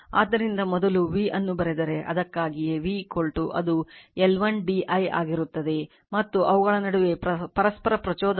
ಆದ್ದರಿಂದ ಮೊದಲು v ಅನ್ನು ಬರೆದರೆ ಅದಕ್ಕಾಗಿಯೇ v ಅದು L1 d I ಆಗಿರುತ್ತದೆ ಮತ್ತು ಅವುಗಳ ನಡುವೆ ಪರಸ್ಪರ ಪ್ರಚೋದಕ M ಆಗಿದೆ